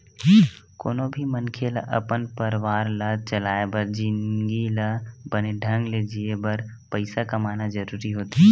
कोनो भी मनखे ल अपन परवार ला चलाय बर जिनगी ल बने ढंग ले जीए बर पइसा कमाना जरूरी होथे